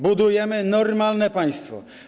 Budujemy normalne państwo.